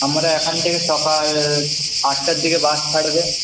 আমরা এখান থেকে সকাল আটটার দিকে বাস ছাড়বে